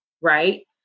right